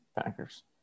Packers